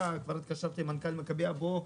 והתקשרתי למנכ"ל המכבייה ואמרתי לו: בוא,